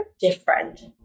different